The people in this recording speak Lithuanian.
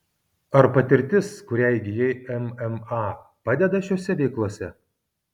ar patirtis kurią įgijai mma padeda šiose veiklose